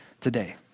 today